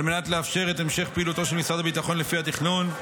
על מנת לאפשר את המשך פעילותו של משרד הביטחון לפי התכנון,